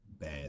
bad